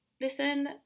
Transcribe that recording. Listen